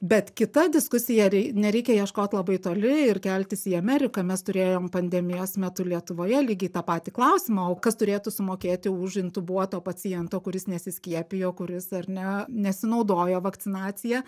bet kita diskusija rei nereikia ieškoti labai toli ir keltis į ameriką mes turėjom pandemijos metu lietuvoje lygiai tą patį klausimą o kas turėtų sumokėti už intubuoto paciento kuris nesiskiepijo kuris ar ne nesinaudojo vakcinacija